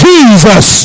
Jesus